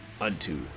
unto